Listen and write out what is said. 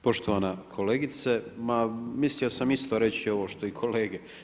Poštovana kolegice, ma mislio sam isto reći ovo što i kolege.